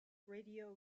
radio